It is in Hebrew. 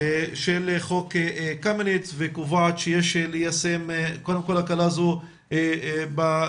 של חוק קמיניץ וקובעת שיש ליישם קודם כל הקלה זו בנגב,